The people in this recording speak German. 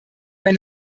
wenn